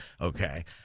okay